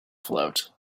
float